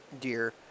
deer